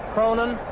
Cronin